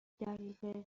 دقیقه